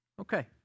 Okay